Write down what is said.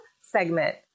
segment